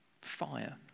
fire